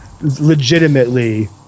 legitimately